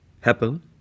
happen